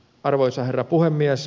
arvoisa herra puhemies